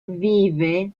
vive